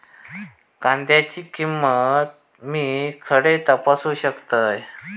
कांद्याची किंमत मी खडे तपासू शकतय?